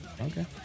Okay